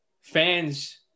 fans